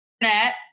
internet